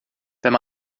wenn